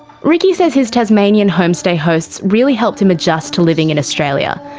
ricky says his tasmanian homestay hosts really helped him adjust to living in australia.